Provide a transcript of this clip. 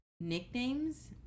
nicknames